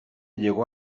llegó